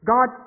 God